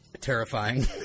terrifying